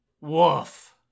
woof